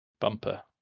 bumper